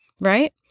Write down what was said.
right